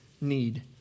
need